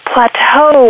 plateau